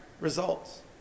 results